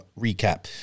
recap